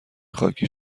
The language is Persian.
خاکی